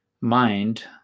mind